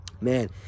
man